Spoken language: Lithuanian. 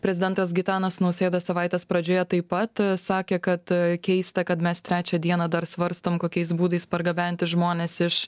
prezidentas gitanas nausėda savaitės pradžioje taip pat sakė kad keista kad mes trečią dieną dar svarstom kokiais būdais pargabenti žmones iš